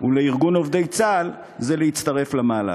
ולארגון עובדי צה"ל זה להצטרף למהלך.